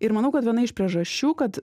ir manau kad viena iš priežasčių kad